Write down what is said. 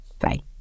Bye